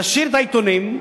תשאיר את העיתונים,